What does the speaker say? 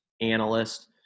analyst